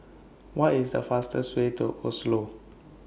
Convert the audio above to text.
What IS The fastest Way to Oslo